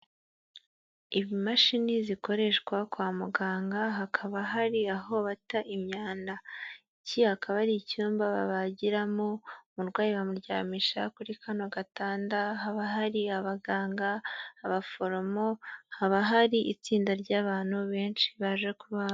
Imashini zikoreshwa kwa muganga, hakaba hari aho bata imyanda, iki akaba ari icyumba babagiramo umurwayi bamuryamisha kuri kano gatanda, haba hari abaganga, abaforomo haba hari itsinda ry'abantu benshi baje kuba...